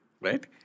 right